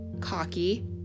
cocky